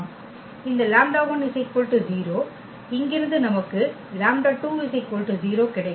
இந்த 0 இங்கிருந்து நமக்கு 0 கிடைக்கும்